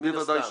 מן הסתם.